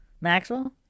Maxwell